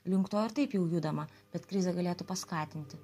link to ir taip jau judama bet krizė galėtų paskatinti